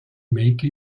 make